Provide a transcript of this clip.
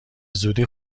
زودی